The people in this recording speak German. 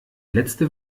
letzte